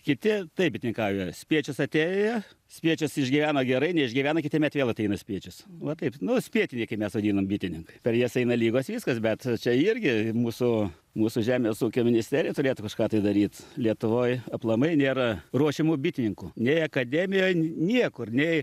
kiti taip bitininkauja spiečius atėjo spiečius išgyvena gerai neišgyvena kitąmet vėl ateina spiečius va taip nu spietinykai mes vadinam bitininkai per jas eina ligos viskas bet čia irgi mūsų mūsų žemės ūkio ministerija turėtų kažką tai daryt lietuvoj aplamai nėra ruošiamų bitininkų nei akademijoj niekur nei